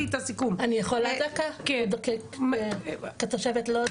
--- אני יכולה דקה, כתושבת לוד.